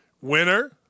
Winner